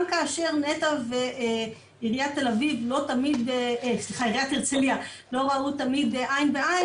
גם כאשר נת"ע ועירית הרצליה לא ראו תמיד עין בעין